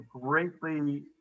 greatly